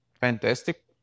fantastic